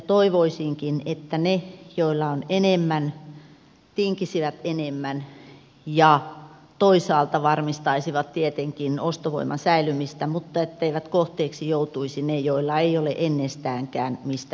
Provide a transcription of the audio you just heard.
toivoisinkin että ne joilla on enemmän tinkisivät enemmän ja toisaalta varmistaisivat tietenkin ostovoiman säilymistä mutta että kohteeksi eivät joutuisi ne joilla ei ole ennestäänkään mistä leikata